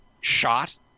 shot